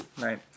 Right